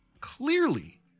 clearly